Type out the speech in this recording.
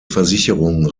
versicherung